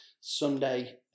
Sunday